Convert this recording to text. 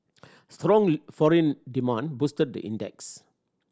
strong foreign demand boosted the index